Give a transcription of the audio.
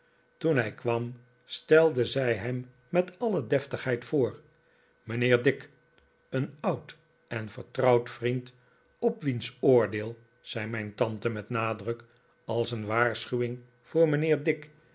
toen hij kwam stelde zij hem met alle deftigheid voor mijnheer dick een oud en vertrouwd vriend op wiens oordeel zei mijn tante met nadruk als een waarschuwing voor mijnheer dick